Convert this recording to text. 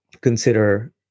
consider